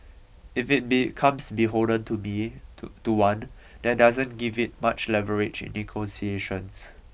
if it becomes beholden to be holder to one that doesn't give it much leverage in negotiations